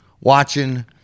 watching